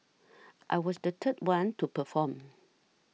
I was the third one to perform